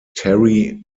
terry